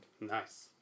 Nice